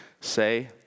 say